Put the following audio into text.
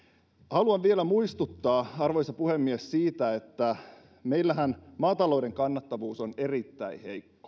haluan vielä muistuttaa arvoisa puhemies siitä että meillähän maatalouden kannattavuus on erittäin heikkoa